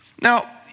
Now